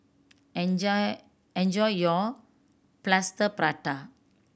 enjoy enjoy your Plaster Prata